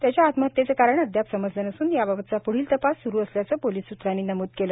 त्याच्या आत्महत्येमागचं कारण अद्याप समजलं नसून याबाबतचा प्ढील तपास स्रु असल्याचं पोलीस सूत्रांनी सांगितलं